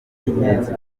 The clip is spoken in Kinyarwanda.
by’ingenzi